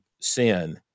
sin